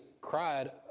cried